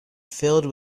filled